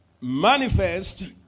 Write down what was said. manifest